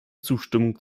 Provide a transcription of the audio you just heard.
zustimmung